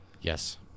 Yes